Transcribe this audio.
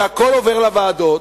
שהכול עובר לוועדות.